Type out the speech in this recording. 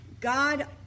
God